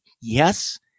yes